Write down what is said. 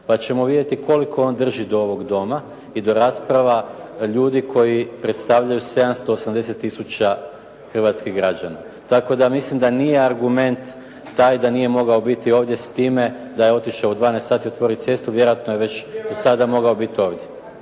pa ćemo vidjeti koliko on drži do ovog Doma i do rasprava ljudi koji predstavljaju 780000 hrvatskih građana. Tako da mislim da nije argument taj da nije mogao biti ovdje s time da je otišao u 12,00 sati otvoriti cestu. Vjerojatno je već do sada mogao biti ovdje.